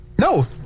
No